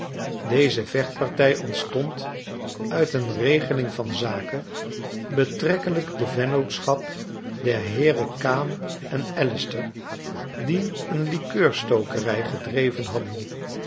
deze vechtpartij ontstond uit een regeling van zaken betrekkeiijk de vennootschap der heeren kane en allister die een likeurstokerij gedreven hadden